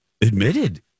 admitted